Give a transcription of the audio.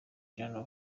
journal